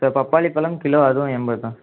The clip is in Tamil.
சார் பப்பாளிப்பழம் கிலோ அதுவும் எண்பது தான்